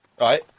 right